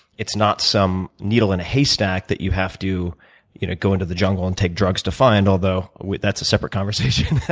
it's not some needle in a haystack that you have to you know go into the jungle and take drugs to find, although that's a separate conversation.